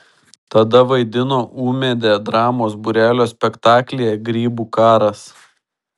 tada vaidino ūmėdę dramos būrelio spektaklyje grybų karas